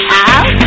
out